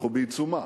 אנחנו בעיצומה,